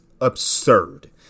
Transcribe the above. absurd